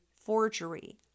forgery